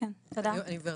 להגיד